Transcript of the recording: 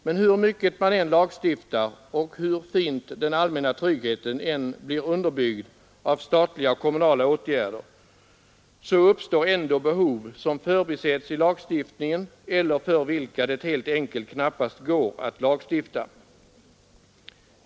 Men hur mycket man än lagstiftar och hur fint den allmänna tryggheten än blir underbyggd av statliga och kommunala åtgärder så uppstår ändå behov, som förbisetts i lagstiftningen eller för vilka det helt enkelt knappast går att lagstifta.